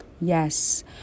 yes